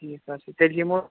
ٹھیٖک حظ چھُ تیٚلہِ یِمو